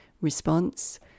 response